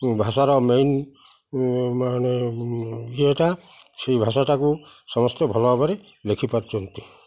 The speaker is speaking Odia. ଭାଷାର ମେନ୍ ମାନେ ଇଏଟା ସେହି ଭାଷାଟାକୁ ସମସ୍ତେ ଭଲ ଭାବରେ ଲେଖିପାରୁଛନ୍ତି